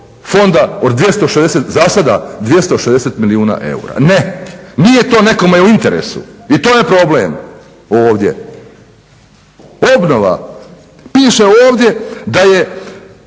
sada 260 milijuna eura. Ne, nije to nekome u interesu i to je problem ovdje. Obnova. Piše ovdje da je